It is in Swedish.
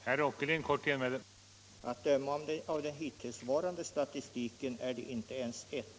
Herr talman! Att döma av den hittillsvarande statistiken är det inte ens ett.